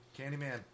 Candyman